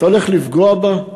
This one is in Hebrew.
אתה הולך לפגוע בה?